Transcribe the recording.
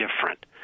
different